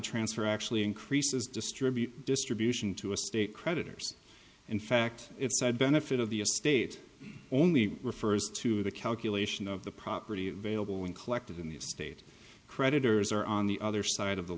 transfer actually increases distribute distribution to a state creditors in fact if side benefit of the estate only refers to the calculation of the property available when collected in the state creditors or on the other side of the